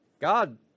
God